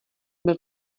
byl